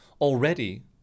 already